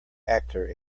actor